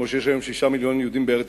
כמו שיש היום 6 מיליון יהודים בארץ-ישראל,